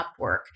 Upwork